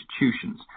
institutions